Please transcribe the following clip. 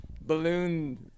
balloon